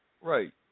Right